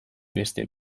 beste